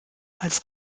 als